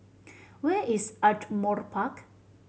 where is Ardmore Park